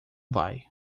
vai